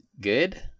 good